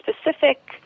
specific